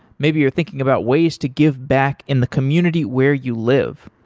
maybe you're thinking about ways to give back in the community where you live.